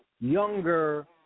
younger